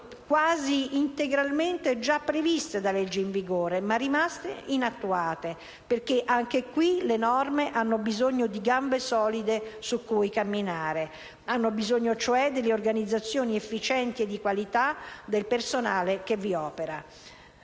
norme quasi integralmente già previste da leggi in vigore, ma rimaste inattuate perché hanno bisogno di gambe solide su cui camminare. Hanno bisogno, cioè, delle organizzazioni efficienti e di qualità del personale che vi opera.